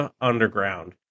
underground